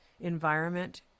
environment